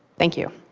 thank you.